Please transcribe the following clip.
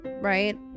right